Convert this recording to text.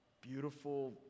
beautiful